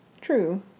True